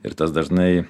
ir tas dažnai